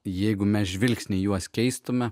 jeigu mes žvilgsnį į juos keistume